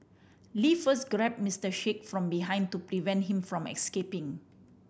Lee first grabbed Mister Sheikh from behind to prevent him from escaping